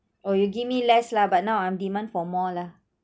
oh you give me less lah but now I'm demand for more lah